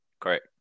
Correct